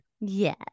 Yes